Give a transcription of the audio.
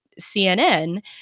cnn